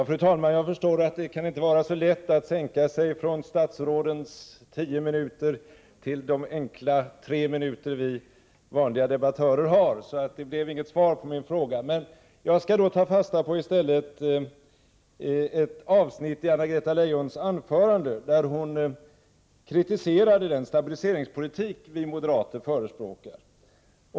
Fru talman! Jag förstår att det inte kan vara lätt att sänka sig från statsrådens tio minuter till de enkla tre minuter som vi vanliga debattörer har. Det blev inget svar på min fråga, men jag skall ta fasta på ett avsnitt i Anna-Greta Leijons anförande där hon kritiserade den stabiliseringspolitik vi moderater förespråkar.